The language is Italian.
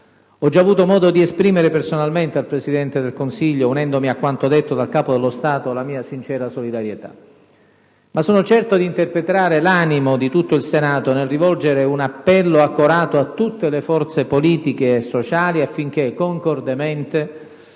Ho già avuto modo di esprimere personalmente al Presidente del Consiglio, unendomi a quanto detto dal Capo dello Stato, la mia sincera solidarietà. Ma sono certo di interpretare l'animo di tutto il Senato nel rivolgere un appello accorato a tutte le forze politiche e sociali affinché, concordemente,